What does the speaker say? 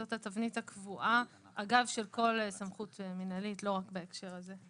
זאת התבנית הקבועה של כל סמכות מינהלית ולא רק בהקשר הזה.